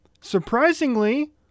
Surprisingly